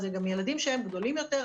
אלה גם ילדים שהם גדולים יותר,